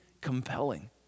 compelling